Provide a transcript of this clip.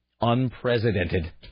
Unprecedented